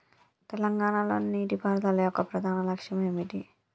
తెలంగాణ లో నీటిపారుదల యొక్క ప్రధాన లక్ష్యం ఏమిటి?